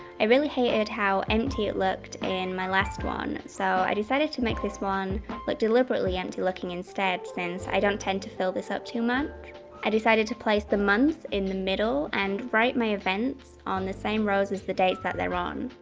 i really hated how empty it looked in my last one. so i decided to make this one bit like deliberately empty-looking instead since i don't intend to fill this up too much i decided to place the months in the middle and write my events on the same rows as the dates that they're on.